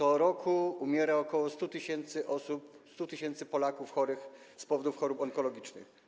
Co roku umiera ok. 100 tys. osób, 100 tys. Polaków chorych z powodów chorób onkologicznych.